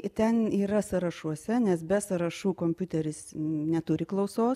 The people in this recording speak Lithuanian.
į ten yra sąrašuose nes be sąrašų kompiuteris neturi klausos